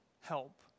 help